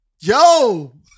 Yo